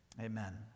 Amen